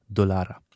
dolara